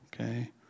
Okay